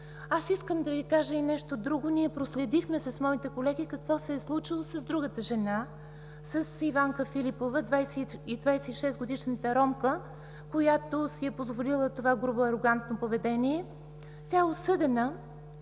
Аз искам да Ви кажа и нещо друго, ние проследихме с моите колеги какво се е случило с другата жена – с Иванка Филипова, 26 годишната ромка, която си е позволила това грубо и арогантно поведение. Тя е осъдена,